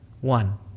One